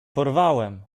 porwałem